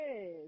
Yes